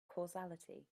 causality